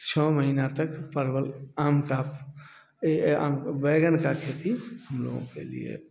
छः महीना तक परवल आम का आम बैंगन का खेती हम लोगों के लिए